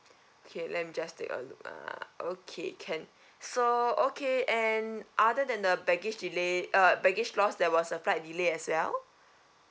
okay let me just take a look ah okay can so okay and other than the baggage delay uh baggage loss there was a flight delay as well